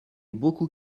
beaucoup